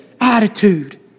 attitude